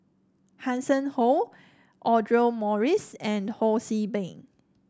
Hanson Ho Audra Morrice and Ho See Beng